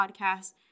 podcast